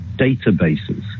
databases